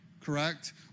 correct